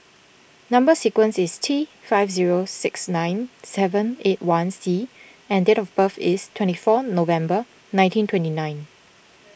Number Sequence is T five zero six nine seven eight one C and date of birth is twenty four November nineteen twenty nine